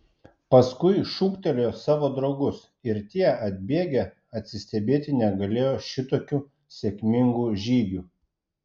paskui šūktelėjo savo draugus ir tie atbėgę atsistebėti negalėjo šitokiu sėkmingu žygiu